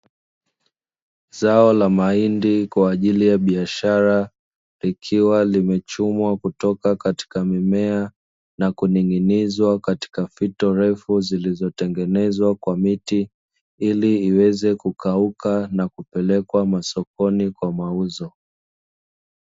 Zao la mahindi kwa ajili ya biashara, likiwa limechumwa kutoka katika mimea na kuning'inizwa katika fito refu zilizotengenezwa kwa miti, ili iweze kukauka na kupelekwa masokoni kwa mauzo.